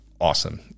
awesome